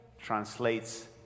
translates